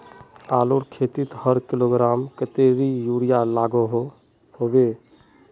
आलूर खेतीत हर किलोग्राम कतेरी यूरिया लागोहो होबे?